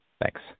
Thanks